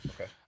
Okay